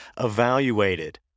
evaluated